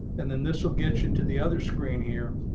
and then this will get you to the other screen here,